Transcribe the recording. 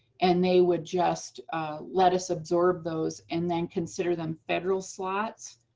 and they would just let us absorb those and then consider them federal slots.